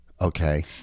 Okay